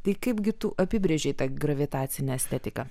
tai kaipgi tu apibrėžei tą gravitacinę estetiką